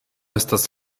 estas